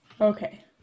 Okay